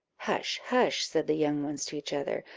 hush, hush! said the young ones to each other,